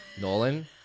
Nolan